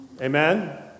Amen